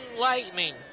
lightning